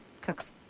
cooks